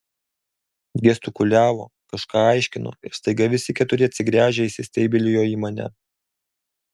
gestikuliavo kažką aiškino ir staiga visi keturi atsigręžę įsistebeilijo į mane